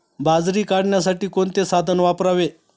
बाजरी काढण्यासाठी कोणते साधन वापरावे?